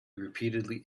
repeatedly